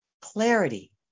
clarity